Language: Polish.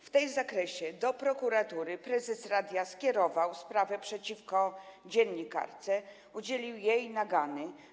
W tym zakresie do prokuratury prezes radia skierował sprawę przeciwko dziennikarce, udzielił jej nagany.